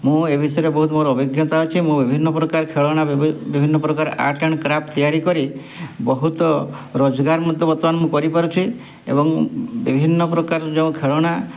ମୁଁ ଏ ବିଷୟରେ ବହୁତ ମୋର ଅଭିଜ୍ଞାତା ଅଛି ମୁଁ ବିଭିନ୍ନ ପ୍ରକାର ଖେଳନା ବିଭି ବିଭିନ୍ନ ପ୍ରକାର ଆର୍ଟ ଆଣ୍ଡ୍ କାର୍ପ୍ଟ ତିଆରି କରି ବହୁତ ରୋଜଗାର ମଧ୍ୟ ବର୍ତ୍ତମାନ ମୁଁ କରିପାରୁଛି ଏବଂ ବିଭିନ୍ନ ପ୍ରକାର ଯେଉଁ ଖେଳନା